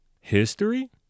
History